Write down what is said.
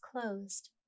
closed